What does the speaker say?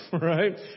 right